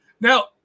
Now